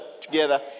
together